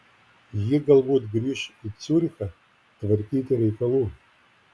ji galbūt grįš į ciurichą tvarkyti reikalų